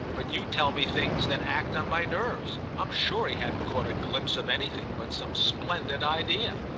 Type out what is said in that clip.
but you tell me things that act on my nerves. i'm sure he hadn't caught a glimpse of anything but some splendid idea.